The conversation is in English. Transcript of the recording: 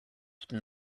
within